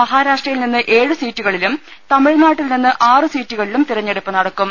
മഹാരാഷ്ട്രയിൽ നിന്ന് ഏഴ് സീറ്റുകളിലും തമിഴ്നാട്ടിൽ നിന്ന് ആറ് സീറ്റുകളിലും തെരഞ്ഞെടുപ്പ് നടക്കും